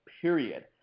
period